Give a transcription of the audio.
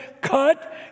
cut